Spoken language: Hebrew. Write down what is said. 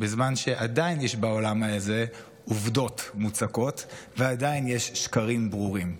בזמן שעדיין יש בעולם הזה עובדות מוצקות ועדיין יש שקרים ברורים.